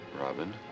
Robin